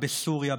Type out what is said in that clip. בסוריה,